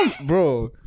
Bro